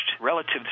relative